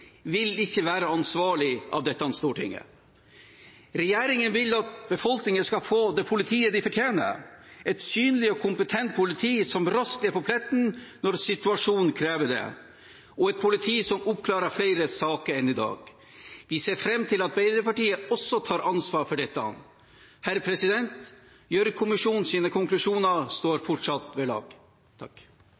vil ikke være ansvarlig av dette stortinget. Regjeringen vil at befolkningen skal få det politiet de fortjener – et synlig og kompetent politi som raskt er på pletten når situasjonen krever det, og et politi som oppklarer flere saker enn i dag. Vi ser fram til at Arbeiderpartiet også tar ansvar for dette. Gjørv-kommisjonens konklusjoner står fortsatt ved lag.